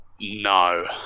No